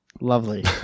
Lovely